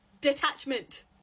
Detachment